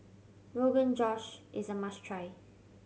Rogan Josh is a must try